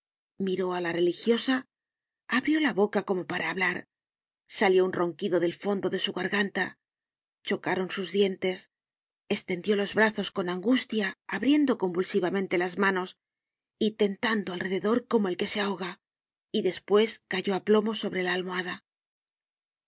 miró á la religiosa abrió la boca como para hablar salió un ronquido del fondo de su garganta chocaron sus dientes estendió los brazos con angustia abriendo convulsivamente las manos y tentando alrededor como el que se ahoga y despues cayó á plomo sobre la almohada